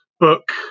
book